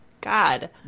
God